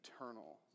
eternal